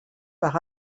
par